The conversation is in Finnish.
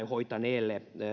hoitaneelle